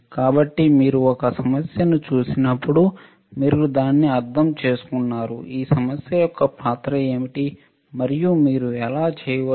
కాబట్టి మీరు ఒక సమస్యను చూసినప్పుడు మీరు దానిని అర్థం చేసుకున్నారు ఈ సమస్య యొక్క పాత్ర ఏమిటి మరియు మీరు ఎలా చేయవచ్చు